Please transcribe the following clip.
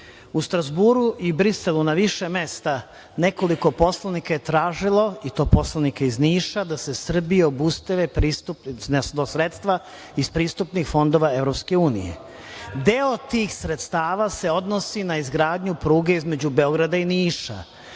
U Strazburu i Briselu na više mesta nekoliko poslanika je tražilo, i to poslanika iz Niša, da se Srbiji obustave sredstva iz pristupnih fondova EU. Deo tih sredstava se odnosi na izgradnju pruge između Beograda i Niša.